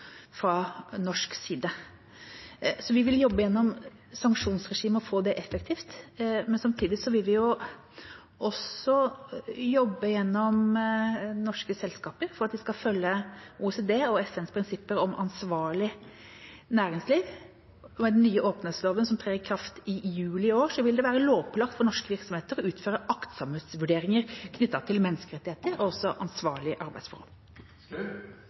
fra norsk side. Vi vil jobbe gjennom sanksjonsregimet, og få det effektivt, men samtidig vil vi jobbe gjennom norske selskaper for at de skal følge OECDs og FNs prinsipper om ansvarlig næringsliv. Med den nye åpenhetsloven som trer i kraft i juli i år, vil det være lovpålagt for norske virksomheter å utføre aktsomhetsvurderinger knyttet til menneskerettigheter og også til ansvarlige arbeidsforhold.